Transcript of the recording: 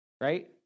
Right